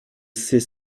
c’est